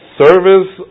service